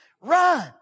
run